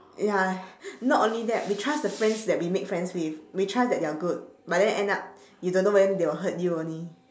ya not only that we trust the friends that we make friends with we trust that they're good but then end up you don't know when they will hurt you only